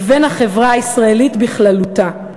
לבין החברה הישראלית בכללותה.